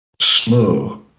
slow